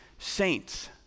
saints